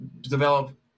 develop